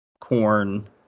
Corn